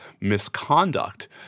misconduct